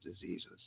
diseases